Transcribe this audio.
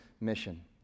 mission